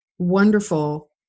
wonderful